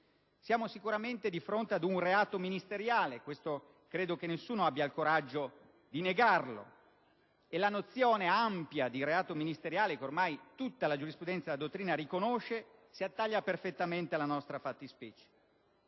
Siamo sicuramente di fronte ad un reato ministeriale (non credo che nessuno abbia il coraggio di negarlo) e la nozione ampia di reato ministeriale, che ormai tutta la giurisprudenza e la dottrina riconoscono, si attaglia perfettamente alla nostra fattispecie.